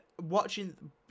watching